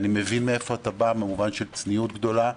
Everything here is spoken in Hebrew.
אני מבין מאיפה אתה בא, מצניעות גדולה,